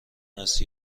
است